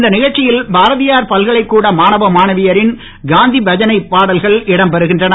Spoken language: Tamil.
இந்த நிகழ்ச்சியில் பாரதியார் பல்கலைக்கூட மாணவ மாணவியரின் காந்தி பஜனை பாடல்கள் இடம்பெறுகின்றன